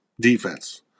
defense